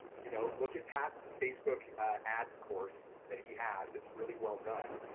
you know look at pat's facebook ads course that he has, it's really well-done,